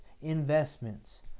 investments